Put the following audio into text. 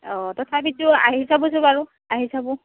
অ' তথাপিটো আহি চাবচোন বাৰু আহি চাব